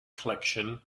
collection